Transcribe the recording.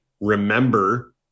remember